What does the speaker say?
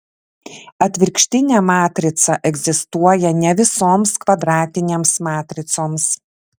atvirkštinė matrica egzistuoja ne visoms kvadratinėms matricoms